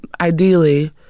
ideally